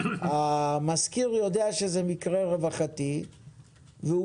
המשכיר יודע שזה מקרה רווחתי והוא